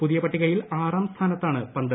പുതിയ പട്ടികയിൽ ആറാം സ്ഥാനത്താണ് പന്ത്